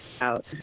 out